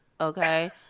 okay